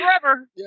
forever